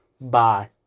Bye